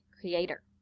creator